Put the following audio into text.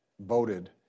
voted